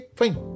fine